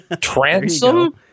Transom